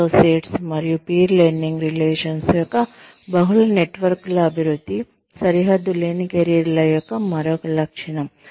associates మరియు peer learning relations యొక్క బహుళ నెట్వర్క్ల అభివృద్ధి సరిహద్దులేని కెరీర్ల యొక్క మరొక లక్షణం